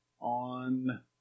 on